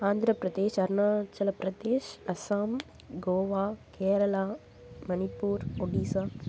Andhra Pradesh Arunachal Pradesh Assam Goa Kerala Manipur Odisha